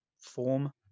form